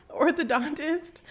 orthodontist